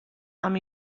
amb